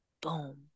boom